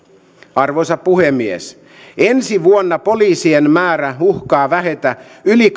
arvoisa puhemies ensi vuonna poliisien määrä uhkaa vähetä yli